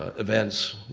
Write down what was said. ah events,